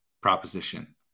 proposition